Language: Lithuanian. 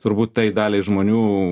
turbūt tai daliai žmonių